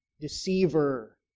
deceiver